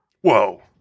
Whoa